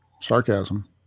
Sarcasm